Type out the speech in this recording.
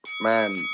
man